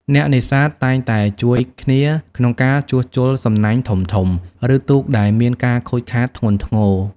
អ្នកនេសាទតែងតែជួយគ្នាក្នុងការជួសជុលសំណាញ់ធំៗ ឬទូកដែលមានការខូចខាតធ្ងន់ធ្ងរ។